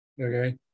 Okay